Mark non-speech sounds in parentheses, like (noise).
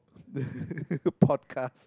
(laughs) podcast